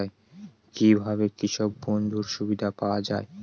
কি ভাবে কৃষক বন্ধুর সুবিধা পাওয়া য়ায়?